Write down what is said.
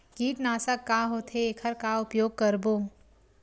कीटनाशक का होथे एखर का उपयोग करबो?